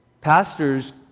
pastors